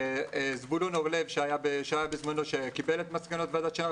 מזבולון אורלב שקיבל את מסקנות ועדת שנהר